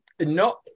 no